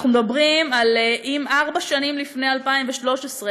אנחנו מדברים על ארבע שנים לפני 2013,